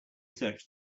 search